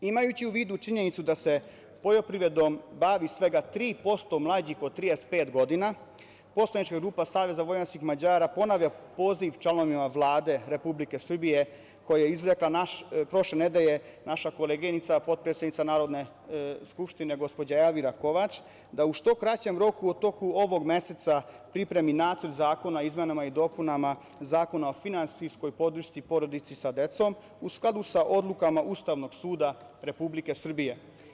Imajući u vidu činjenicu da se poljoprivredom bavi svega 3% mlađih od 35 godina, poslanička grupa SVM ponavlja poziv članovima Vlade Republike Srbije, koja je izrekla prošle nedelje naša koleginica, potpredsednica Narodne skupštine, gospođa Elvira Kovač, da u što kraćem roku u toku ovog meseca pripremi Nacrta zakona o izmenama i dopunama Zakona o finansijskoj podršci porodici sa decom, u skladu sa odlukama Ustavnog suda Republike Srbije.